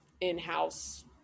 in-house